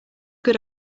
good